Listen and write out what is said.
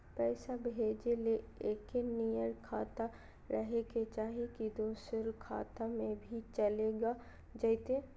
पैसा भेजे ले एके नियर खाता रहे के चाही की दोसर खाता में भी चलेगा जयते?